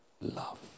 love